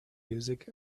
music